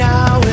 Now